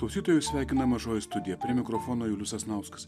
klausytojus sveikina mažoji studija prie mikrofono julius sasnauskas